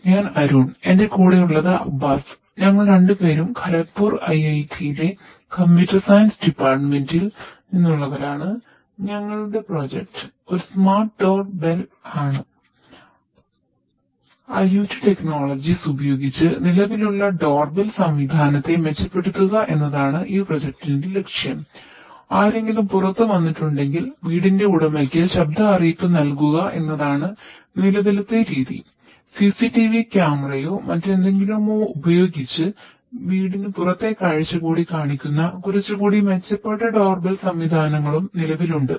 ഞാൻ അരുൺ സംവിധാനങ്ങളും നിലവിൽ ഉണ്ട്